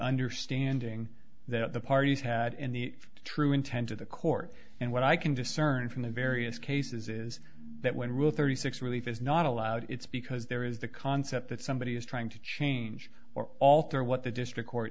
understanding that the parties had in the true intent of the court and what i can discern from the various cases is that when rule thirty six relief is not allowed it's because there is the concept that somebody is trying to change or alter what the district court